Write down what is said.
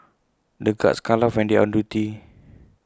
the guards can't laugh when they are on duty